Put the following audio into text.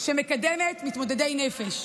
שמקדמת מתמודדי נפש.